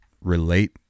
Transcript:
relate